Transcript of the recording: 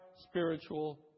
spiritual